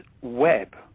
web